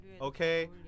okay